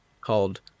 called